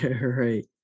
Right